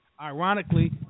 Ironically